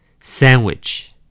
sandwich